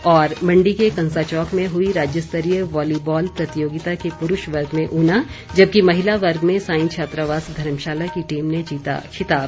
और मंडी के कंसाचौक में हुई राज्य स्तरीय वॉलीबॉल प्रतियोगिता के पुरूष वर्ग में ऊना जबकि महिला वर्ग में साईं छात्रावास धर्मशाला की टीम ने जीता खिताब